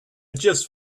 just